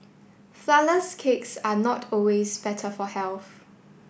flourless cakes are not always better for health